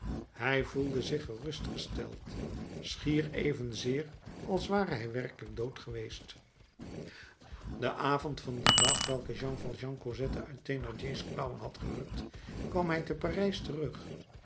hij voelde zich gerustgesteld schier evenzeer als ware hij werkelijk dood geweest den avond van den dag op welken jean valjean cosette uit thénardier's klauwen had gerukt kwam hij te parijs terug